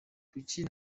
kuki